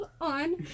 on